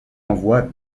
envoi